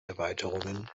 erweiterungen